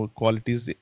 qualities